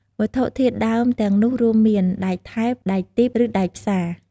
វត្ថុធាតុដើមទាំងនោះរួមមាន ដែកថែប ដែកទីប ឬដែកផ្សា។